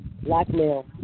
Blackmail